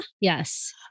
Yes